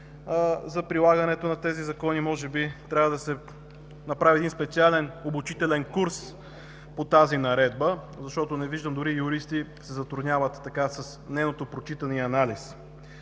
за прилагането на тези закони. Може би трябва да се направи един специален обучителен курс по тази наредба, защото дори и юристи се затрудняват с нейното прочитане и анализ?